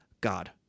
God